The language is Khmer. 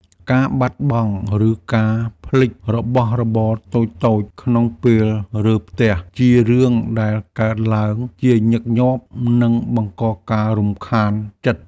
ការបាត់បង់ឬការភ្លេចរបស់របរតូចៗក្នុងពេលរើផ្ទះជារឿងដែលកើតឡើងជាញឹកញាប់និងបង្កការរំខានចិត្ត។